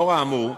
לאור האמור,